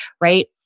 right